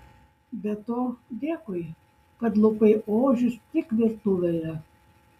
be to dėkui kad lupai ožius tik virtuvėje